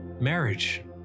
marriage